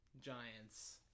Giants